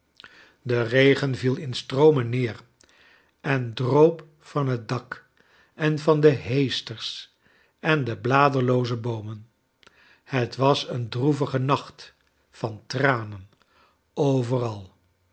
de regen viel in stroomen ncer en droop van het dak en van de heesters en de bladerlooze boomen het was een droevige nacht van tranen overal